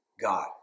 God